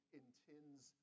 intends